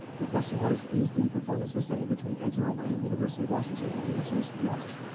the question was, is the performance the same between eduroam and university of washington, and the answer is yes.